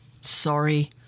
sorry